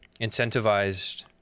incentivized